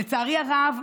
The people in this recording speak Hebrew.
לצערי הרב,